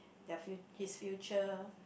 their fu~ his future